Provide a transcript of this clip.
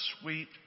sweet